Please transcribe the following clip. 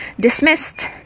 dismissed